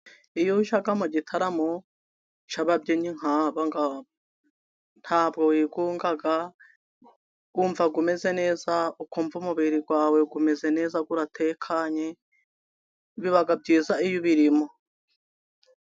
Iyo ujya mu gitaramo cy'ababyinnyi nk'abangaba ntabwo wigunga, wumva umeze neza ukumva umubiri wawe umeze neza uratekanye, biba byiza iyo ubirimo.